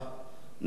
נא להצביע.